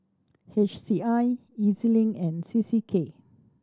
H C I E Z Link and C C K